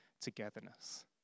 togetherness